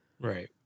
Right